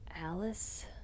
Alice